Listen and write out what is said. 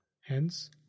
Hence